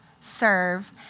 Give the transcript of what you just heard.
serve